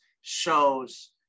shows